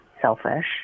selfish